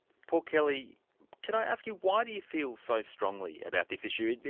paul kelly can i ask you, why do you feel so strongly about this issue?